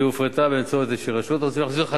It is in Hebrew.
שהופרטה והוציאו אותה לאיזו רשות,